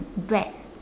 bread